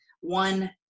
one